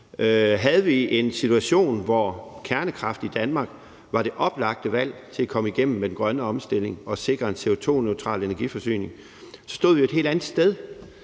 Havde vi en situation, hvor kernekraft i Danmark var det oplagte valg til at komme igennem med den grønne omstilling og sikre en CO2-neutral energiforsyning, så stod vi et helt andet sted.